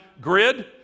grid